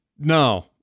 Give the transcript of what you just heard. no